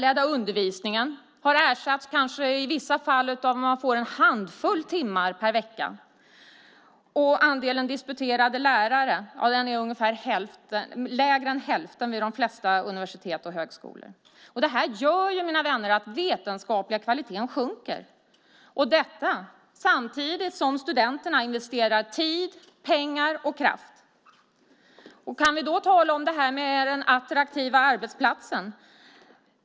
I vissa fall kanske den lärarledda undervisningen sker en handfull timmar per vecka, och andelen disputerade lärare är mindre än hälften vid de flesta universitet och högskolor. Det här gör, mina vänner, att den vetenskapliga kvaliteten sjunker. Och detta sker samtidigt som studenterna investerar tid, pengar och kraft i det här. Kan vi då tala om den attraktiva arbetsplatsen?